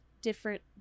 different